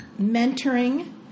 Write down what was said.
mentoring